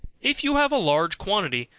if you have a large quantity,